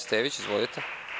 Stević, izvolite.